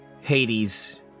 Hades